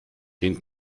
den